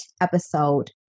episode